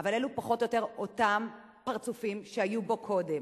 אבל אלה פחות או יותר אותם פרצופים שהיו פה קודם.